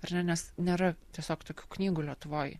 ar ne nes nėra tiesiog tokių knygų lietuvoj